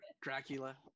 Dracula